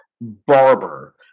Barber